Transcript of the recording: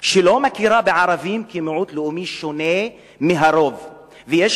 שלא מכירה בערבים כמיעוט לאומי שונה מהרוב ושיש